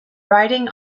riding